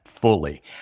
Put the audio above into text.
fully